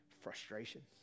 frustrations